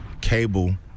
cable